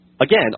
Again